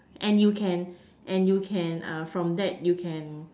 and you can and you can uh from that you can